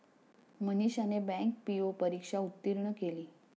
मनीषाने bank PO परीक्षा उत्तीर्ण केली